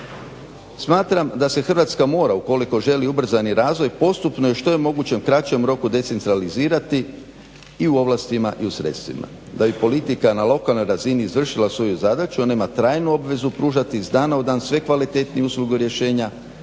Smatram da se Hrvatska mora ukoliko želi ubrzani razvoj postupno i što je moguće u kraćem roku decentralizirati i u ovlastima i u sredstvima. Da bi politika na lokalnoj razini izvršila svoju zadaću ona ima trajnu obavezu pružati iz dana u dan sve kvalitetnije usluge rješenja,